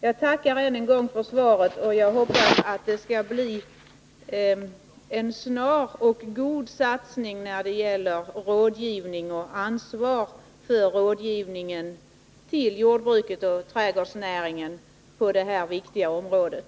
Jag tackar än en gång för svaret och hoppas att det skall bli en snar och god satsning på rådgivning och ansvar för rådgivningen beträffande jordbruket och trädgårdsnäringen på det här viktiga området.